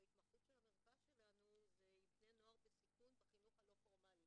בהתמחות של המרכז שלנו זה עם בני נוער בסיכון בחינוך הלא-פורמלי,